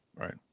Right